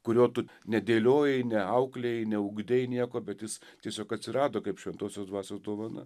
kurio tu nedėliojai neauklėjai neugdei nieko bet jis tiesiog atsirado kaip šventosios dvasios dovana